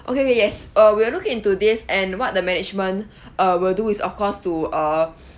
okay okay yes uh we'll looking into this and what the management uh will do is of course to uh